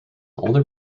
older